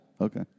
Okay